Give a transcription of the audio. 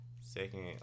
Second